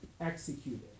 executed